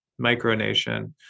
micronation